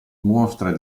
mostre